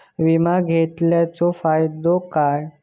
विमा घेतल्याचो फाईदो काय?